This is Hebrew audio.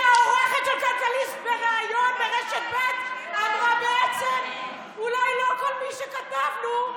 כשהעורכת של כלכליסט בריאיון ברשת ב' אמרה: בעצם אולי לא כל מה שכתבנו,